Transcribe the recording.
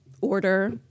order